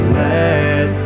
let